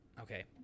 Okay